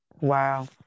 Wow